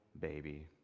baby